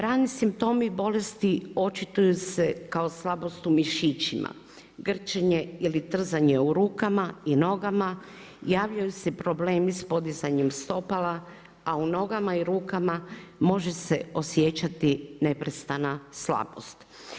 Rani simptomi bolesti očituju se kao slabost u mišićima, grčenje ili trzanje u rukama i nogama, javljaju se problemi s podizanjem stopala, a u nogama i rukama može se osjećati neprestana slabost.